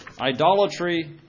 idolatry